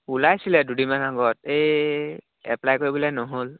ওলাইছিলে দুদিনমানৰ আগত এই এপ্লাই কৰিবলৈ নহ'ল